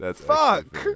fuck